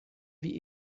wie